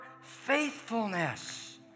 faithfulness